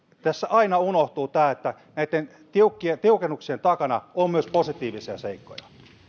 tässä aina unohtuu tämä että näitten tiukennuksien tiukennuksien takana on myös positiivisia seikkoja